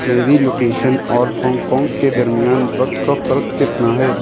میری لوکیشن اور Hong Kong کے درمیان وقت کا فرق کتنا ہے